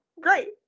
Great